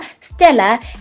Stella